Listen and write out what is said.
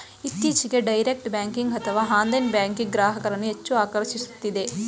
ಇತ್ತೀಚೆಗೆ direct banking ಅಥವಾ online banking ಗ್ರಾಹಕರನ್ನು ಹೆಚ್ಚು ಆಕರ್ಷಿಸುತ್ತಿದೆ